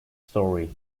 story